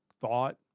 thought